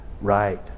Right